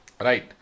Right